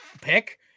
pick